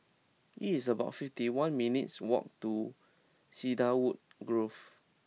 it's about fifty one minutes' walk to Cedarwood Grove